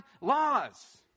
laws